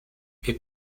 wir